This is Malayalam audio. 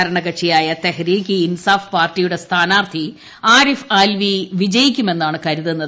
ഭരണ്കക്ഷിയായ് തെഹരിക് ഇ ഇൻസാഫ് പാർട്ടിയുടെ സ്ഥാനാർത്ഥി ആരിഫ് ആൽവി വിജയിക്കുമെന്നാണ് കരുതപ്പെടുന്നത്